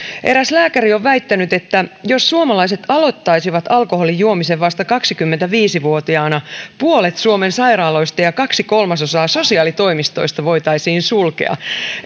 eräs lääkäri on väittänyt että jos suomalaiset aloittaisivat alkoholin juomisen vasta kaksikymmentäviisi vuotiaina puolet suomen sairaaloista ja kaksi kolmasosaa sosiaalitoimistoista voitaisiin sulkea